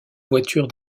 voiture